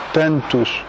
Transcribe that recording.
tantos